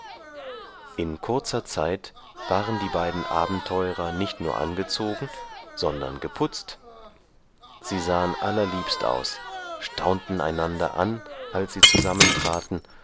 in kurzer zeit waren die beiden abenteurer nicht nur angezogen sondern geputzt sie sahen allerliebst aus staunten einander an als sie zusammentraten